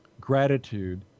gratitude